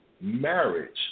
marriage